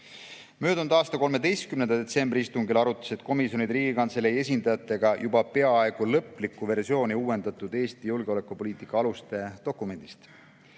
Möödunud aasta 13. detsembri istungil arutasid komisjonid Riigikantselei esindajatega juba peaaegu lõplikku versiooni uuendatud "Eesti julgeolekupoliitika aluste" dokumendist